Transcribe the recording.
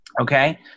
Okay